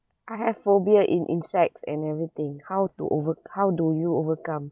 I have phobia in insects and everything how to over~ how do you overcome